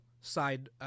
side